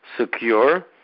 secure